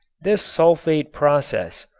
this sulfate process,